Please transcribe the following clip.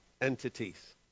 entities